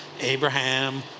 Abraham